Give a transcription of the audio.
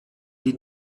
die